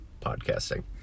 podcasting